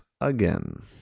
again